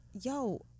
Yo